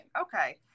Okay